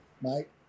Mike